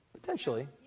Potentially